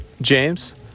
James